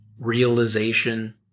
realization